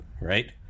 right